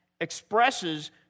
expresses